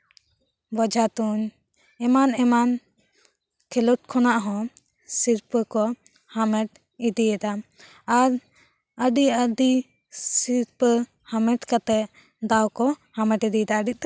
ᱵᱚᱡᱷᱟ ᱛᱩᱧ ᱮᱢᱟᱱ ᱮᱢᱟᱱ ᱠᱷᱮᱞᱳᱰ ᱠᱷᱚᱱᱟᱜ ᱦᱚᱸ ᱥᱤᱨᱯᱟᱹ ᱠᱚ ᱦᱟᱢᱮᱴ ᱤᱫᱤᱭᱮᱫᱟ ᱟᱨ ᱟᱹᱰᱤ ᱟᱹᱰᱤ ᱥᱤᱨᱯᱟᱹ ᱦᱟᱢᱮᱴ ᱠᱟᱛᱮᱜ ᱫᱟᱣ ᱠᱚ ᱦᱟᱢᱮᱴ ᱤᱫᱤᱭᱮᱫᱟ ᱟᱹᱰᱤ ᱩᱛᱟᱹᱨ